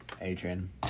Adrian